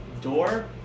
door